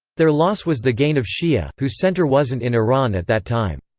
their loss was the gain of shia, whose center wasn't in iran at that time.